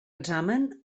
examen